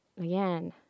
again